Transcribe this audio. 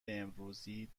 امروزی